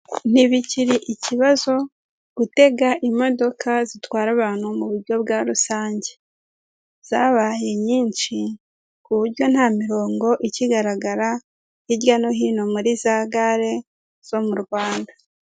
Ntibikiri ikibazo gutega imodoka zitwara abantu mu buryo bwa rusange; zabaye nyinshi ku buryo nta mirongo ikigaragara hirya no hino muri za gare zo mu rwanda.